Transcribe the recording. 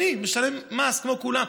אני משלם מס כמו כולם,